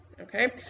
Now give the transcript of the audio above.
okay